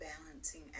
balancing